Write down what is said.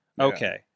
okay